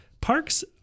Parks